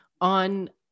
on